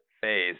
phase